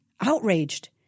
outraged